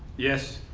yes.